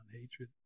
hatred